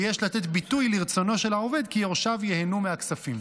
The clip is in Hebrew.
ויש לתת ביטוי לרצונו של העובד כי יורשיו ייהנו מהכספים.